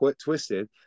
twisted